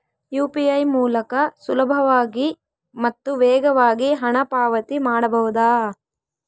UPI ಮೂಲಕ ಸುಲಭವಾಗಿ ಮತ್ತು ವೇಗವಾಗಿ ಹಣ ಪಾವತಿ ಮಾಡಬಹುದಾ?